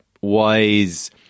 wise